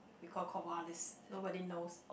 we call Corvallis nobody knows